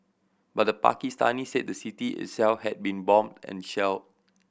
but the Pakistanis said the city itself had been bombed and shelled